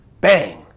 bang